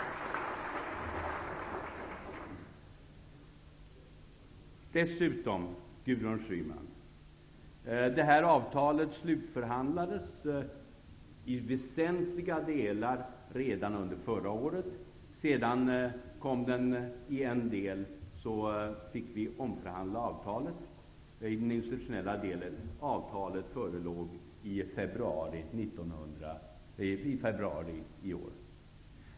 Dessutom, Gudrun Schyman, slutförhandlades detta avtal i väsentliga delar redan under förra året. Men sedan fick vi omförhandla en del av avtalet, nämligen den institutioinella delen. Avtalet förelåg i februari i år.